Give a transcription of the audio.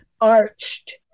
arched